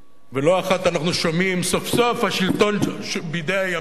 ולא אחת אנחנו שומעים: סוף-סוף השלטון בידי הימין.